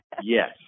Yes